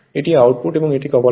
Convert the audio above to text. এটি আউটপুট এবং এটি কপার লস হয়